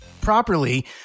properly